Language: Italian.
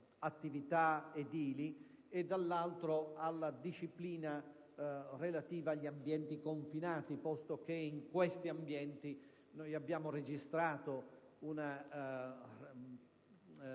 attività edili e, dall'altro, alla disciplina relativa agli ambienti confinati, posto che in essi abbiamo registrato una ripetizione